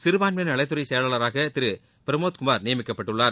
சிறுபான்மையினர் நலத்துறை செயலாளராக திரு பிரமோத்குமார் நியமிக்கப்பட்டுள்ளார்